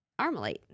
Armalite